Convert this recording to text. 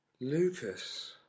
Lucas